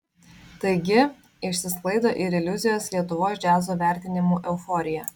taigi išsisklaido ir iliuzijos lietuvos džiazo vertinimų euforija